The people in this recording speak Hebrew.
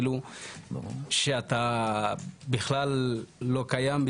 שאתה בכלל לא קיים,